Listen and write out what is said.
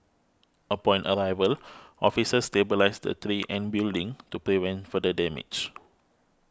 upon arrival officers stabilised the tree and building to prevent further damage